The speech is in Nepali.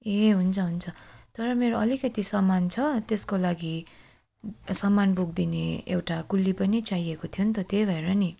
ए हुन्छ हुन्छ तर मेरो अलिकति सामान छ त्यसको लागि सामान बोकिदिने एउटा कुल्ली पनि चाहिएको थ्यो नि त त्यही भएर नि